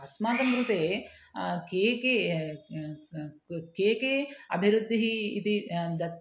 अस्माकं कृते के के के के अभिवृद्धिः इति दत्तः